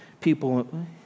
people